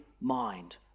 mind